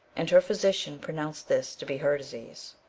and her physician pronounced this to be her disease.